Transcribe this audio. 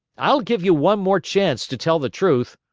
i'll give you one more chance to tell the truth,